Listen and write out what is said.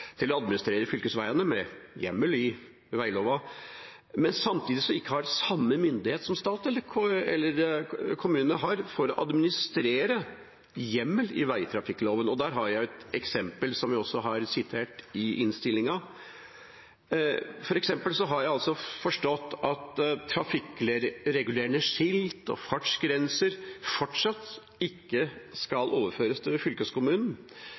til å administrere fylkesveiene med hjemmel i veiloven, men samtidig ikke har samme myndighet som staten og kommunene til å administrere med hjemmel i veitrafikkloven. Der har jeg et eksempel, som jeg også har sitert i innstillinga. For eksempel har jeg forstått at trafikkregulerende skilt og fartsgrenser fortsatt ikke skal overføres til fylkeskommunen.